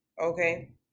okay